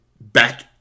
back